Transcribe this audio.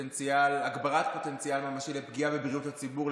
הגברת פוטנציאל ממשי לפגיעה בבריאות הציבור,